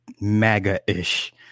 MAGA-ish